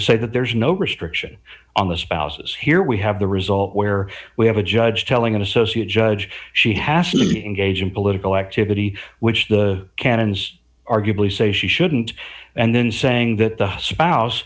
say that there's no restriction on the spouses here we have the result where we have a judge telling an associate judge she has to be engaged in political activity which the canons arguably say she shouldn't and then saying that the spouse